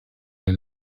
den